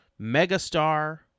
Megastar